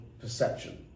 perception